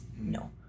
no